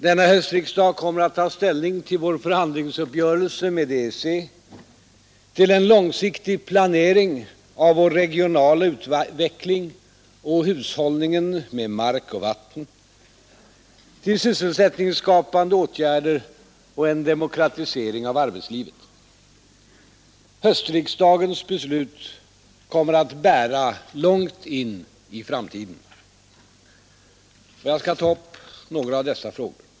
Denna höstriksdag kommer att ta ställning till vår förhandlingsuppgörelse med EEC, till en långsiktig planering av vår regionala utveckling och hushållningen med mark och vatten, till sysselsättningsskapande åtgärder och en demokratisering av arbetslivet. Höstriksdagens beslut kommer att bära långt in i framtiden. Jag skall ta upp några av dessa frågor.